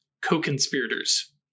Co-conspirators